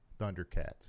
Thundercats